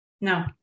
No